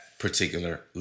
particular